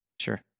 Sure